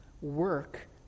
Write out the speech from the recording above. work